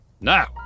Now